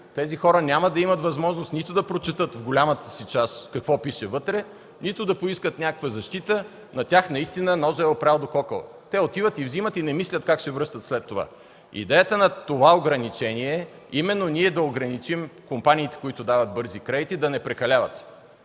Тези хора няма да имат възможност нито да прочетат в голямата си част какво пише вътре, нито да поискат някаква защита. На тях наистина ножът е опрял до кокала. Те отиват и взимат и не мислят как ще връщат след това. Идеята на това ограничение е именно ние да ограничим компаниите, които дават бързи кредити да не прекаляват.